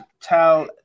tell